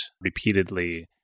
repeatedly